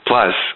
Plus